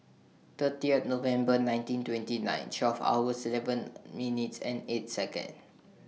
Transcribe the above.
thirtieth November nineteen twenty nine twelve hours eleven minutes and eight Second